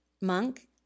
monk